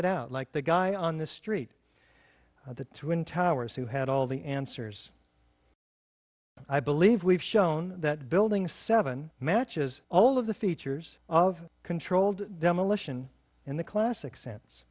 handed out like the guy on the street of the twin towers who had all the answers but i believe we've shown that building seven matches all of the features of controlled demolition in the classic sen